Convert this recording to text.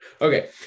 Okay